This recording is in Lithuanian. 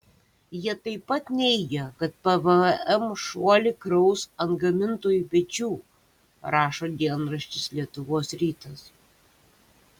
jie taip pat neigia kad pvm šuolį kraus ant gamintojų pečių rašo dienraštis lietuvos rytas